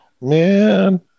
man